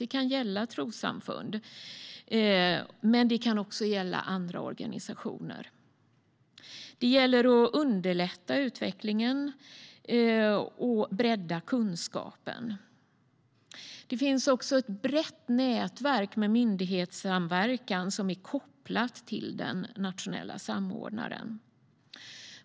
Det kan gälla trossamfund, men det kan också gälla andra organisationer. Det handlar om att underlätta utvecklingen och bredda kunskapen. Det finns ett brett nätverk med myndighetssamverkan som är kopplat till den nationella samordnaren.